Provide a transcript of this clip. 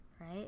Right